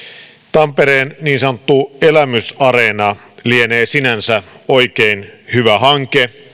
tampereen niin sanottu elämysareena lienee sinänsä oikein hyvä hanke